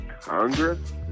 Congress